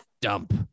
dump